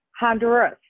honduras